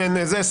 כולם מבינים.